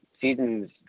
season's